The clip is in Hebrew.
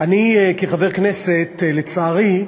אני כחבר כנסת, לצערי,